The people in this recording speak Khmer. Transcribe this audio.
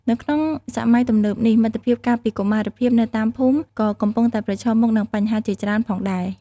នៅក្នុងសម័យទំនើបនេះ មិត្តភាពកាលពីកុមារភាពនៅតាមភូមិក៏កំពុងតែប្រឈមមុខនឹងបញ្ហាជាច្រើនផងដែរ។